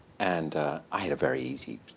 and i had a very easy